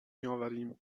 میآوریم